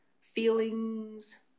feelings